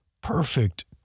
perfect